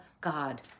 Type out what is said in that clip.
God